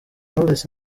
knowless